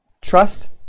Trust